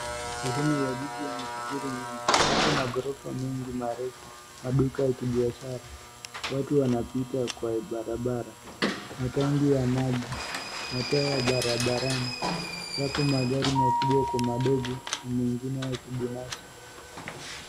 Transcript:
Sehemu ya jiji yenye shughuli nyingi. Yapo magorofa mengi marefu, maduka ya kibiashara. Watu wanapita kwa barabara. Matangi ya maji, mataa ya barabarani. Yapo magari makubwa kwa madogo na mengine ya kibinafsi.